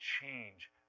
change